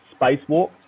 spacewalk